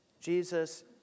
Jesus